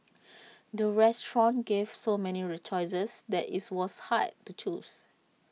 the restaurant gave so many choices that its was hard to choose